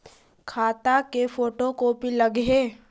खाता के photo copy लगहै?